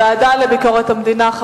הוועדה לביקורת המדינה.